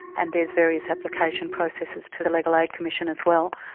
and there's various application processes to the legal aid commission as well.